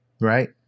right